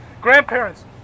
grandparents